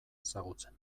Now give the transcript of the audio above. ezagutzen